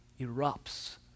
erupts